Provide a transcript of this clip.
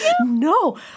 no